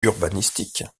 urbanistique